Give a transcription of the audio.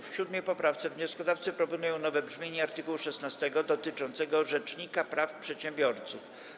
W 7. poprawce wnioskodawcy proponują nowe brzmienie art. 16 dotyczącego rzecznika praw przedsiębiorców.